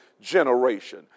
generation